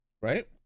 right